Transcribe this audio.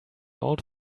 old